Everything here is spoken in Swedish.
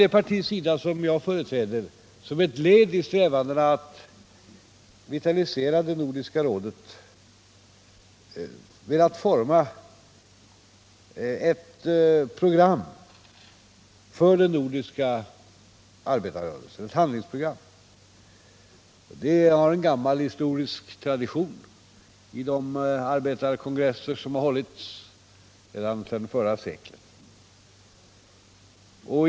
Det parti som jag företräder har som ett led i strävandena att vitalisera Nordiska rådet velat forma ett handlingsprogram för den nordiska arbetarrörelsen. Det har en gammal historisk tradition från de arbetarkongresser som har hållits ända sedan förra seklet.